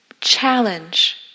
challenge